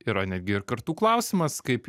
yra netgi ir kartų klausimas kaip